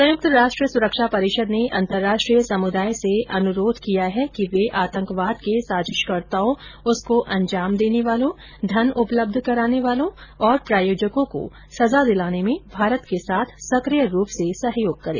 संयुक्त राष्ट्र सुरक्षा परिषद ने अंतर्राष्ट्रीय समुदाय से अनुरोध किया है कि वे आतंकवाद के साजिशकर्ताओं उसको अंजाम देने वालों धन उपलब्ध कराने वालों और प्रायोजकों को सजा दिलाने में भारत के साथ सक्रिय रूप से सहयोग करें